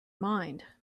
mind